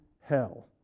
hell